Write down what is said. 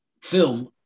film